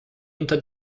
unter